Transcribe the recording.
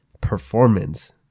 performance